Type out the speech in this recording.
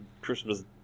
Christmas